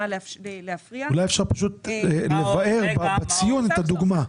אולי אפשר פשוט לבאר בציון את הדוגמה.